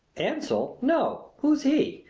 ansell? no! who's he?